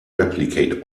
replicate